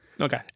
Okay